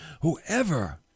Whoever